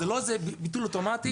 זה לא ביטול אוטומטי.